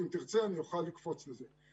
אם תרצה, אני אוכל לקפוץ לזה.